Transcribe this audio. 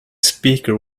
speaker